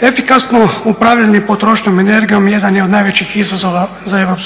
Efikasno upravljanje potrošnjom energijom jedan je od najvećih izazova za EU.